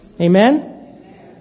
Amen